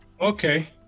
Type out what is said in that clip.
Okay